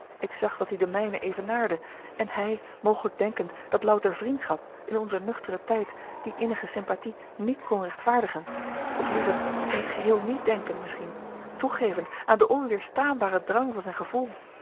ik zag dat die de mijne evenaarde en hij mogelijk denkend dat louter vriendschap in onzen nuchteren tijd die innige sympathie niet kon rechtvaardigen of liever in het geheel niet denkend misschien toegevend aan den onweerstaanbaren drang van zijn gevoel